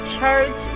church